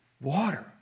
water